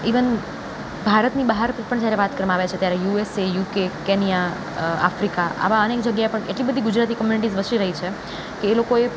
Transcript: even ભારતની બહાર પણ જ્યારે વાત કરવામાં આવે છે ત્યારે યુએસએ યુકે કેન્યા આફ્રિકા આવા અનેક જગ્યાએ પણ એટલી બધી ગુજરાતી કમ્યુનિટી વસી રહી છે કે એ લોકોએ